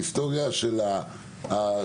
ההיסטוריה של העם,